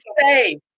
say